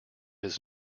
his